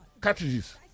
cartridges